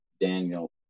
Daniel